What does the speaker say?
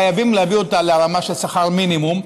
חייבים להביא אותה לרמה של שכר מינימום.